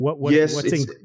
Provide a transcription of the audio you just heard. Yes